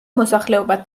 მოსახლეობა